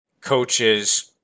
coaches